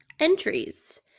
Entries